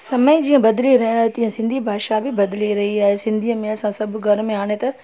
समय जीअं बदिली रहियो आहे तीअं सिंधी भाषा बि बदिली रही आहे सिंधीअ में हाणे असां सभु घर में हाणे त